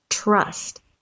Trust